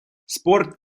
спорт